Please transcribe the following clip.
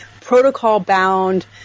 protocol-bound